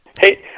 Hey